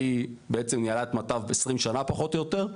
והיא בעצם ניהלה את מטב 20 שנה פחות או יותר.